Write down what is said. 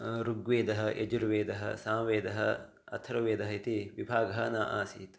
ऋग्वेदः यजुर्वेदः सामवेदः अथर्वेदः इति विभागः न आसीत्